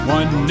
one